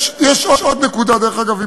יש עוד נקודה, דרך אגב.